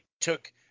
took